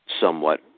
somewhat